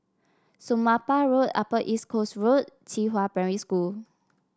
Somapah Road Upper East Coast Road and Qihua Primary School